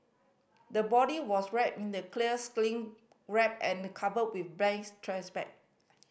the body was wrapped in the clear cling wrap and covered with trash bag